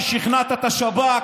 ששכנעת את השב"כ,